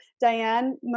Diane